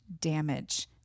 damage